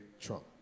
Trump